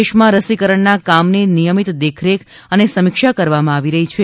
દેશમાં રસીકરણના કામની નિયમિત દેખરેખ અને સમીક્ષા કરવામાં આવી રહી છે